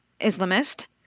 Islamist